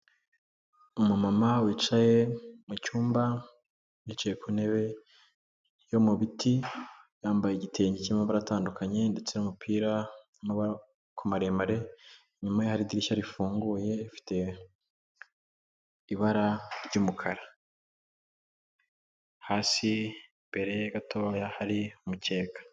Umumama wicaye mu cyumba yicaye ku ntebe yo mu biti, yambaye igitenge cy'amabara atandukanye ndetse n'umupira w'amaboko maremare, inyuma ye hari idirishya rifunguye rifite ibara ry'umukara hasi imbere ye gatoya hari umukeka.